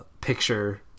picture